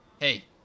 Hey